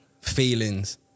feelings